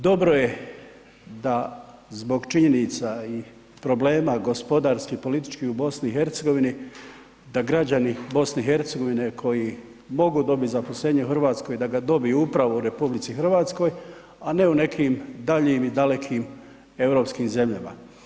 Dobro je da zbog činjenica i problema gospodarskih i političkih u BiH da građani BiH koji mogu dobit zaposlenje u RH da ga dobiju upravo u RH, a ne u nekim daljim i dalekim europskim zemljama.